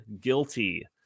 guilty